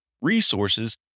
resources